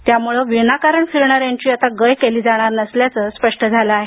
यामुळे विनाकारण फिरणाऱ्यांची गय केली जाणार नसल्याचं स्पष्ट झालं आहे